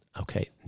Okay